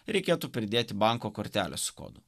reikėtų pridėti banko kortelę su kodu